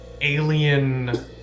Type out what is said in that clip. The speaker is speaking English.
alien